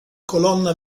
colonna